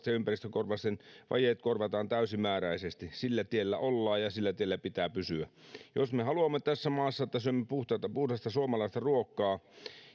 ja ympäristökorvausten vajeet korvataan täysimääräisesti sillä tiellä ollaan ja sillä tiellä pitää pysyä jos me haluamme tässä maassa että syömme puhdasta suomalaista ruokaa